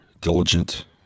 diligent